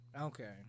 Okay